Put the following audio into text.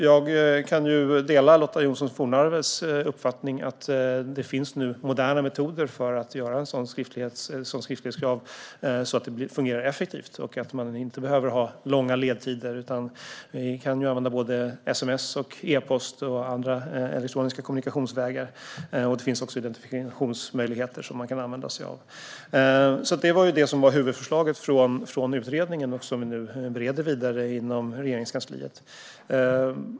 Jag kan dela Lotta Johnsson Fornarves uppfattning att det nu finns moderna metoder att använda vid ett skriftlighetskrav, så att det fungerar effektivt och utan långa ledtider. Vi kan ju använda både sms och e-post samt även andra elektroniska kommunikationsvägar. Det finns också identifikationsmöjligheter som man kan använda sig av. Det var detta som var huvudförslaget från utredningen och som vi nu bereder vidare inom Reger-ingskansliet.